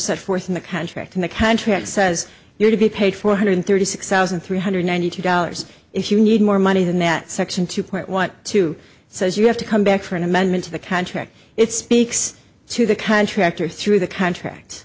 set forth in the contract in the contract says you are to be paid four hundred thirty six thousand three hundred ninety two dollars if you need more money than that section two point one two says you have to come back for an amendment to the contract it speaks to the contractor through the contract